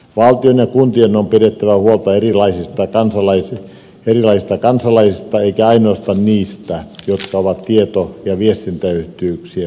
valtion ja kuntien on pidettävä huolta erilaisista kansalaisista eikä ainoastaan niistä jotka ovat tieto ja viestintäyhteyksien päässä